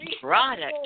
product